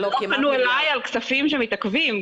לא פנו אלי על כספים שמתעכבים.